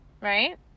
Right